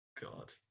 God